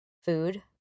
food